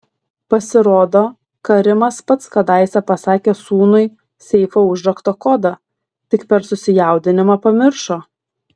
pasirodo karimas pats kadaise pasakė sūnui seifo užrakto kodą tik per susijaudinimą pamiršo